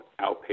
outpatient